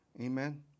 Amen